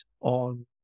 on